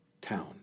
town